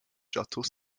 château